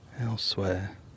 elsewhere